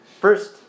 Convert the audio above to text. First